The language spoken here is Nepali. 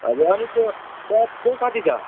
हजुर अनि त्यो प्याज चाहिँ कति छ